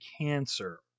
cancer